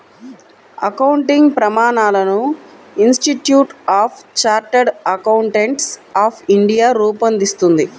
accounting ప్రమాణాలను institute of chartered accountants of India రూపొందిస్తుంది